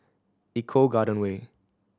Eco Garden Way